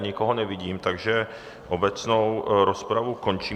Nikoho nevidím, takže obecnou rozpravu končím.